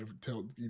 tell